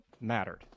mattered